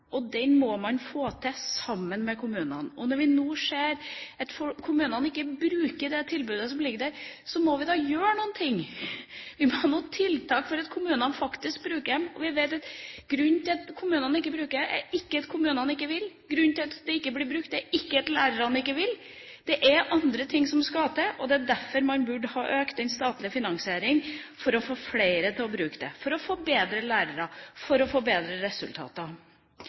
Den må man få til sammen med kommunene. Når vi nå ser at kommunene ikke bruker det tilbudet som ligger der, må vi jo gjøre noe. Vi må ha noen tiltak for at kommunene faktisk bruker tilbudet. Vi vet at grunnen til at kommunene ikke bruker det, ikke er at kommunene ikke vil. Grunnen til at det ikke blir brukt, er ikke at lærerne ikke vil. Det er andre ting som skal til, og det er derfor man burde ha økt den statlige finansieringa – for å få flere til å bruke det, for å få bedre lærere og for å få bedre resultater.